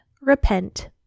repent